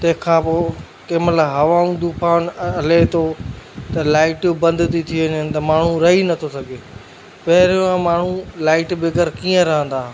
तंहिंखां पोइ कंहिंमहिल हवा ऐं तूफान हले थो त लाईटियूं बंदि थियूं थी वञनि त माण्हू रही न थो सघे पहिरियों माण्हू लाइट बग़ैरि कीअं रहंदा हुआ